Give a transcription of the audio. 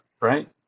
right